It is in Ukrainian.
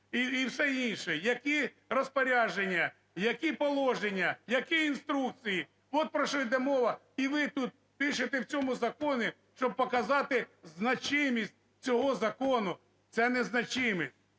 і все інше, які розпорядження, які положення, які інструкції. От про що йде мова. І ви тут пишете, в цьому законі, щоб показати значимість цього закону. Це не значимість,